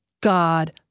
god